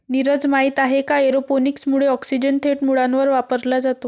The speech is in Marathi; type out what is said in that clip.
नीरज, माहित आहे का एरोपोनिक्स मुळे ऑक्सिजन थेट मुळांवर वापरला जातो